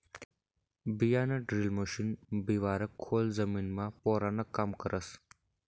बियाणंड्रील मशीन बिवारं खोल जमीनमा पेरानं काम करस